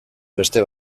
beste